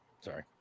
Sorry